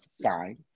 sign